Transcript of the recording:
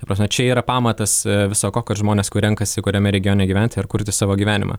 ta prasme čia yra pamatas viso ko kad žmonės kur renkasi kuriame regione gyventi ir kurti savo gyvenimą